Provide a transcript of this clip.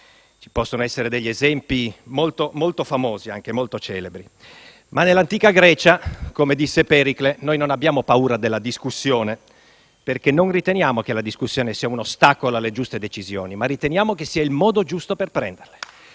ci possono essere esempi anche molto celebri, ma restando nell'antica Grecia, come disse Pericle, noi non abbiamo paura della discussione perché non riteniamo che la discussione sia un ostacolo alle giuste decisioni; riteniamo piuttosto che sia il modo giusto per prenderle.